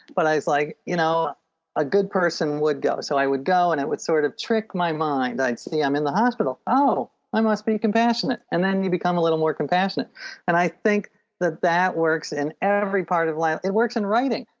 but i was like, you know a good person would go. so, i would go and i would sort of trick my mind, i'd say i'm in the hospital, i must but be compassionate. and then you become a little more compassionate and i think that that works in every part of life it works in writing.